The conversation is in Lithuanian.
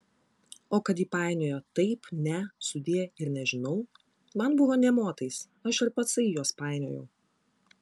o kad ji painiojo taip ne sudie ir nežinau man buvo nė motais aš ir patsai juos painiojau